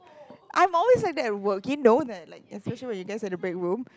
I'm always like that at work you know that like especially when you guys at the break room